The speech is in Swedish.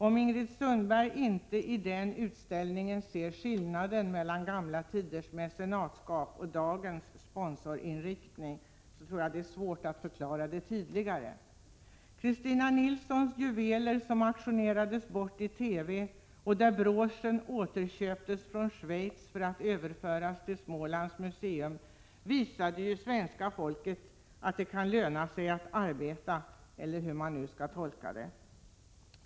Om Ingrid Sundberg inte i den utställningen ser skillnaden mellan gamla tiders mecenatskap och dagens sponsringsinriktning, tror jag att det är svårt att förklara det tydligare för henne. Christina Nilssons juveler, som auktionerades bort i TV och där broschen återköptes från Schweiz för att överföras till Smålands museum, visade ju svenska folket att det kan löna sig att arbeta, eller hur man nu skall tolka det.